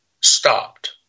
stopped